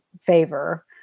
favor